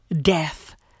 Death